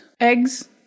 Eggs